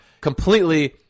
completely